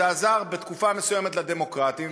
זה עזר בתקופה מסוימת לדמוקרטים,